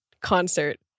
concert